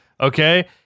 Okay